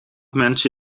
mensen